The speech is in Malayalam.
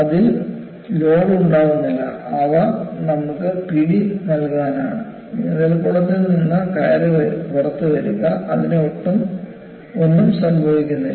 അതിൽ ലോഡ് ഉണ്ടാവുന്നില്ല അവ നമുക്ക് പിടി നൽകാനാണ് നീന്തൽക്കുളത്തിൽ നിന്ന് കയറി പുറത്തുവരിക അതിന് ഒന്നും സംഭവിക്കില്ല